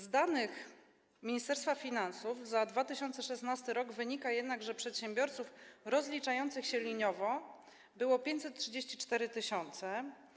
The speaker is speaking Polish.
Z danych Ministerstwa Finansów za 2016 r. wynika jednak, że przedsiębiorców rozliczających się liniowo było 534 tys.